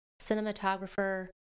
cinematographer